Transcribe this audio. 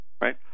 right